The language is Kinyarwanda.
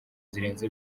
zirenze